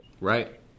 Right